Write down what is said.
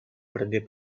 prengué